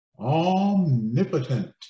omnipotent